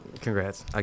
Congrats